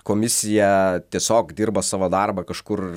komisija tiesiog dirba savo darbą kažkur